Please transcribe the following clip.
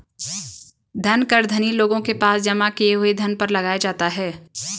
धन कर धनी लोगों के पास जमा किए हुए धन पर लगाया जाता है